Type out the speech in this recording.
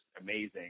amazing